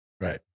Right